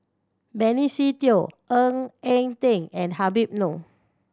Benny Se Teo Ng Eng Teng and Habib Noh